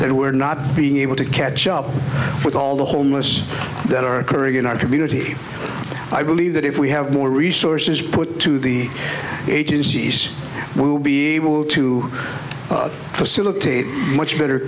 that were not being able to catch up with all the homeless that are occurring in our community i believe that if we have more resources put to the agencies we will be able to facilitate much better